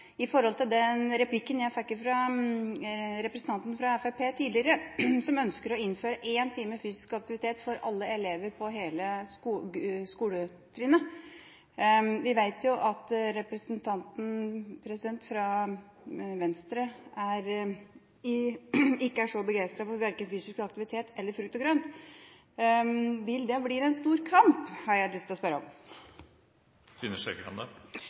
til å stille spørsmål ut fra den replikken jeg fikk fra representanten fra Fremskrittspartiet tidligere. De ønsker å innføre én time fysisk aktivitet for alle elever i hele grunnskolen. Vi vet at representanten fra Venstre ikke er så begeistret for verken fysisk aktivitet eller frukt og grønt. Vil det bli en stor kamp, har jeg lyst til å spørre om?